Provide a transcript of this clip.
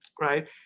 right